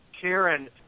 Karen